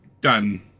Done